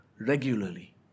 regularly